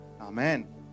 amen